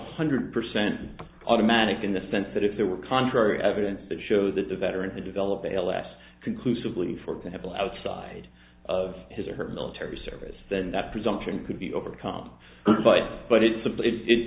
hundred percent automatic in the sense that if there were contrary evidence to show that the veteran who develop a less conclusively for example outside of his or her military service then that presumption could be overcome but but it's a bit i